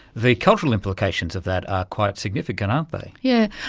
the cultural implications of that are quite significant, aren't they. yeah